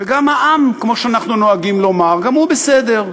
גם העם, כמו שאנחנו נוהגים לומר, גם הוא בסדר.